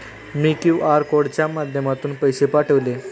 मी Q R कोडच्या माध्यमातून पैसे पाठवले